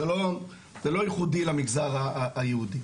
זה לא ייחודי למגזר היהודי.